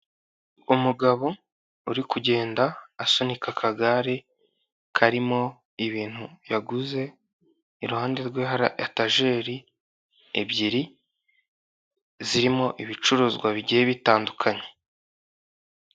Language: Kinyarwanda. Umugabo uri kugenda asunika akagare karimo ibintu yaguze iruhande rwe hari etajeri ebyiri zirimo ibicuruzwa bigiye bitandukanye.